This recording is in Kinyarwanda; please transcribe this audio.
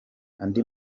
andi